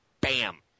Bam